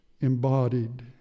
embodied